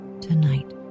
tonight